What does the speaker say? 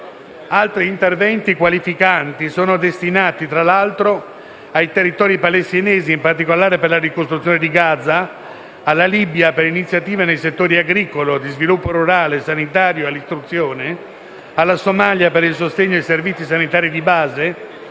Altri interventi qualificanti sono destinati, tra l'altro, ai territori palestinesi (in particolare per la ricostruzione di Gaza), alla Libia (per iniziative nei settori agricolo, di sviluppo rurale, sanitario e dell'istruzione), alla Somalia (per il sostegno ai servizi sanitari di base), allo Yemen